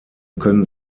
können